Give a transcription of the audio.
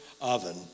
oven